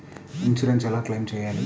Insurance ఎలా claim చేయాలి?